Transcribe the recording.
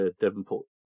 Devonport